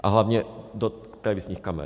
A hlavně do televizních kamer.